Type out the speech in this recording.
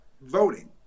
voting